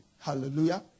hallelujah